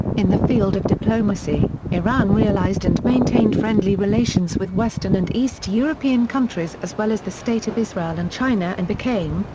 in the field of diplomacy, iran realized and maintained friendly relations with western and east european countries as well as the state of israel and china and became,